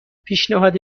پیشنهاد